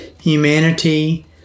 humanity